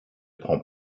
prend